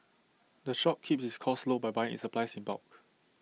the shop keeps its costs low by buying its supplies in bulk